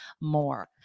more